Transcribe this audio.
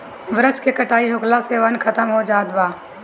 वृक्ष के कटाई होखला से वन खतम होत जाता